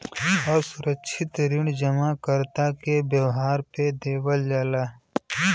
असुरक्षित ऋण जमाकर्ता के व्यवहार पे देवल जाला